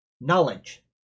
knowledge